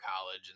college